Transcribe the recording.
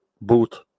boot